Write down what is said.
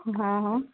हाँ हाँ